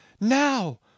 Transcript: Now